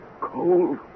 cold